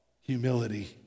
humility